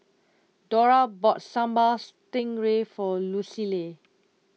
Dora bought Sambal Stingray for Lucille